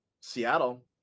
Seattle